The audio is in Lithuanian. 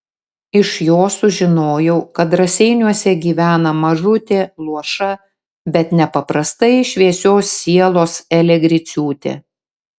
iš jo sužinojau kad raseiniuose gyvena mažutė luoša bet nepaprastai šviesios sielos elė griciūtė